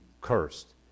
cursed